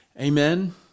Amen